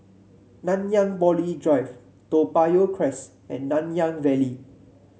Nanyang Poly Drive Toa Payoh Crest and Nanyang Valley